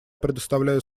предоставляю